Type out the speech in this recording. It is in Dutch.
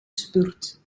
spurt